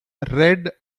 red